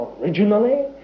originally